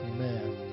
Amen